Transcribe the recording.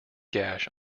gash